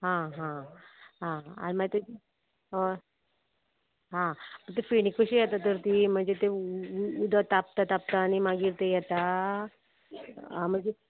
हा हा हा आनी मागीर ते हय आं आं ती फेणी कशी येता तर ती म्हणजे तें उदक तापता तापता आनी मागीर तें येता मागीर